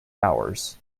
hours